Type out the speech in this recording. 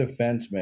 defenseman